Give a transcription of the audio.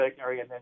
area